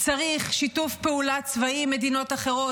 צריך שיתוף פעולה צבאי עם מדינות אחרות,